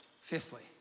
Fifthly